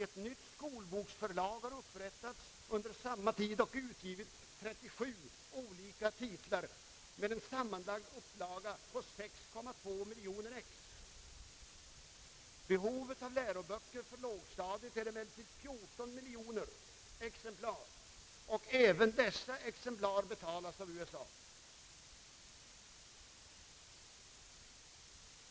Ett nytt skolboksförlag har upprättats under samma tid och utgivit 37 olika titlar med en sammanlagd upplaga på 6,2 miljoner ex. Behovet av läroböcker för lågstadiet är emellertid 14 miljoner exemplar, och även dessa betalas av USA.